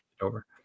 over